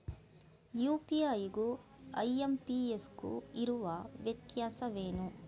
UPI ಗು IMPS ಗು ಇರುವ ವ್ಯತ್ಯಾಸವೇನು?